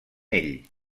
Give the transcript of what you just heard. ell